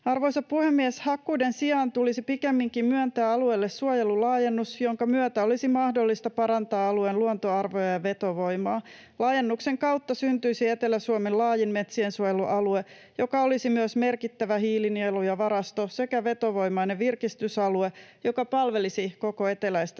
Arvoisa puhemies! Hakkuiden sijaan tulisi pikemminkin myöntää alueelle suojelulaajennus, jonka myötä olisi mahdollista parantaa alueen luontoarvoja ja vetovoimaa. Laajennuksen kautta syntyisi Etelä-Suomen laajin metsiensuojelualue, joka olisi myös merkittävä hiilinielu ja -varasto sekä vetovoimainen virkistysalue, joka palvelisi koko eteläistä Suomea.